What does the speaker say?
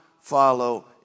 follow